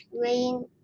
rain